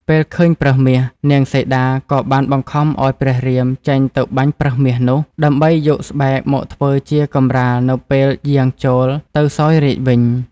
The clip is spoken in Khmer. ពេលឃើញប្រើសមាស នាងសីតាក៏បានបង្ខំឱ្យព្រះរាមចេញទៅបាញ់ប្រើសមាសនោះ ដើម្បីយកស្បែកមកធ្វើជាកម្រាលនៅពេលយាងចូល ទៅសោយរាជ្យវិញ។